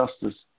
justice